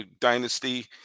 dynasty